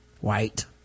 white